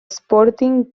sporting